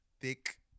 thick